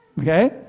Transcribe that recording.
Okay